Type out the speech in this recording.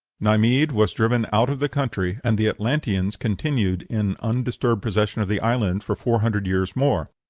neimhidh was driven out of the country, and the atlanteans continued in undisturbed possession of the island for four hundred years more.